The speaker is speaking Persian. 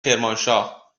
کرمانشاه